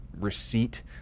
receipt